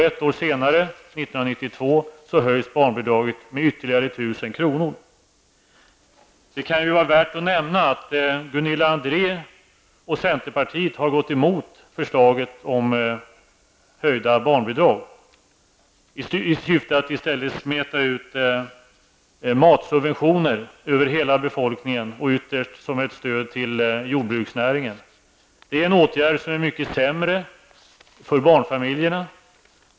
Ett år senare, 1992, höjs barnbidraget med ytterligare 1 000 kr. Det kan vara värt att nämna att Gunilla André och centerpartiet har gått emot förslaget om höjda barnbidrag i syfte att i stället fördela matsubventioner över hela befolkningen, ytterst som ett stöd till jordbruksnäringen. Det är en åtgärd som är mycket sämre för barnfamiljerna.